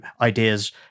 ideas